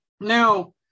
Now